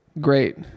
great